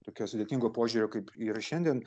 tokio sudėtingo požiūrio kaip yra šiandien